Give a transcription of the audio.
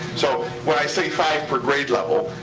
so when i say five per grade level,